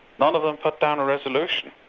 none of them put down a resolution.